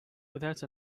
without